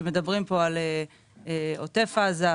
כשמדברים פה על עוטף עזה,